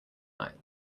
night